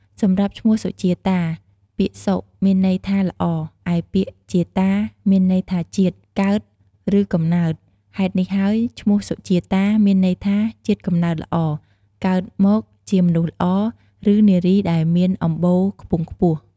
សម្រាប់ឈ្មោះសុជាតា ពាក្យសុ មានន័យថាល្អ ឯពាក្យជាតា មានន័យថាជាតិ កើត ឬកំណើត ហេតុនេះហើយឈ្មោះសុជាតាមានន័យថា ជាតិកំណើតល្អ កើតមកជាមនុស្សល្អ ឬ នារីដែលមានអម្បូរខ្ពង់ខ្ពស់។